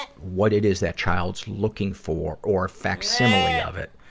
what it is that child's looking for or facsimile of it,